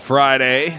Friday